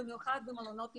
במיוחד במלונות למבודדים.